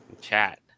chat